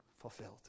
fulfilled